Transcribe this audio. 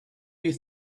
you